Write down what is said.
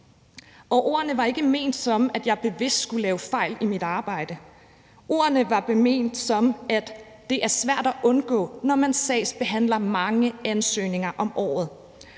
Ordene var ikke ment som, at jeg bevidst skulle lave fejl i mit arbejde. Ordene var ment som, at det er svært at undgå, når man sagsbehandler mange ansøgninger om året.